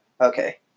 Okay